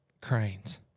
cranes